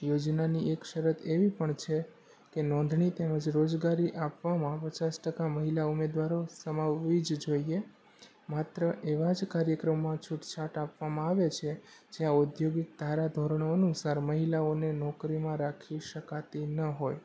યોજનાની એક શરત એવી પણ છે કે નોંધણી તેમજ રોજગારી આપવામાં પચાસ ટકા મહિલાઓ ઉમેદવારો સમાવવી જ જોઈએ માત્ર એવા જ કાર્યક્રમમાં છૂટછાટ આપવામાં આવે છે જ્યાં ઔદ્યોગિક ધારાધોરણો અનુસાર મહિલાઓને નોકરીમાં રાખી શકાતી ન હોય